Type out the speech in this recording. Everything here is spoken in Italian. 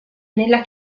nella